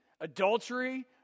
adultery